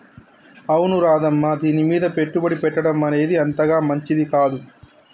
అవును రాధమ్మ దీనిమీద పెట్టుబడి పెట్టడం అనేది అంతగా మంచిది కాదు